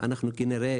אנחנו כנראה